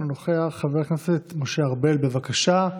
חבר הכנסת משה ארבל, בבקשה,